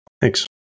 Thanks